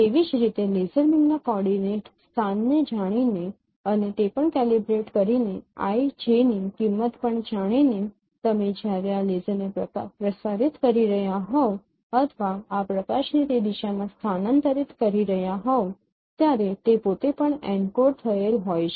તેવી જ રીતે લેસર બીમના કોઓર્ડિનેટ સ્થાનને જાણીને અને તે પણ કેલિબ્રેટ કરીને i j ની કિંમત પણ જાણીને તમે જ્યારે આ લેસરને પ્રસારિત કરી રહ્યા હોવ અથવા આ પ્રકાશને તે દિશામાં સ્થાનાંતરિત કરી રહ્યા હોવ ત્યારે તે પોતે પણ એન્કોડ થયેલ હોય છે